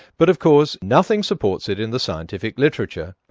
but of course, nothing supports it in the scientific literature.